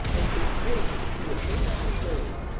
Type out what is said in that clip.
i'm just crazy to see it made up and burning.